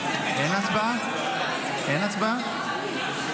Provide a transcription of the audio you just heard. אין הצבעה?